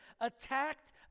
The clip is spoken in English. attacked